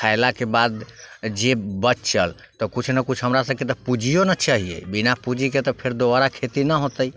खएलाके बाद जे बचल तऽ किछु नहि किछु हमरासबके पूँजिओ ने चाही बिना पूँजीके तऽ फेर दोबारा खेती नहि होतै